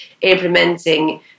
implementing